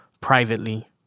privately